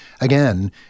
again